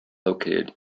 located